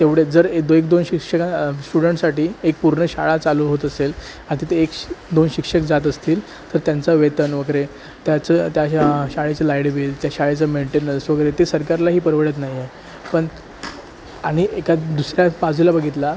तेवढेच जर ए दो एक दोन शिक्षकां स्टुडन्टसाठी एक पूर्ण शाळा चालू होत असेल आता ते एक श दोन शिक्षक जात असतील तर त्यांचं वेतन वगैरे त्याचं त्या शा शाळेचं लाइटबिल त्या शाळेचं मेंटेनन्स वगैरे ते सरकारलाही परवडत नाही आहे पण आणि एखाद दुसऱ्या बाजूला बघितलं